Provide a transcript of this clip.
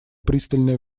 пристальное